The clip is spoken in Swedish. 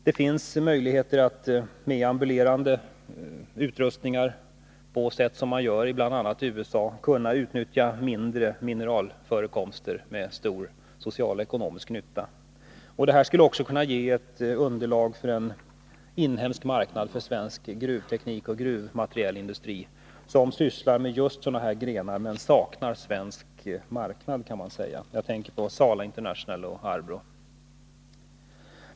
Det finns möjlighet att med ambulerande utrustningar, på sätt som man gör i bl.a. USA, utnyttja mindre mineralförekomster med stor social-ekonomisk nytta. Detta skulle kunna ge underlag för en inhemsk marknad för svensk gruvteknik och svensk gruvmaterielindustri, som sysslar med just sådana här grenar men saknar svensk marknad. Jag tänker på Sala International och Arbro.